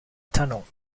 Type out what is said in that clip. tunnel